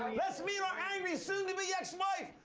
let's meet our angry soon to be you know